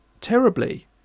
terribly